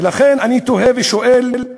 ולכן אני תוהה ושואל,